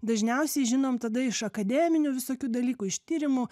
dažniausiai žinom tada iš akademinių visokių dalykų iš tyrimų